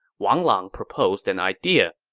wang lang proposed an idea